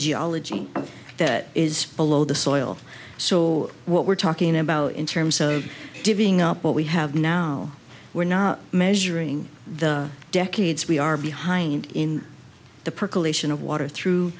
geology that is below the soil so what we're talking about in terms of giving up what we have now we're not measuring the decades we are behind in the percolation of water through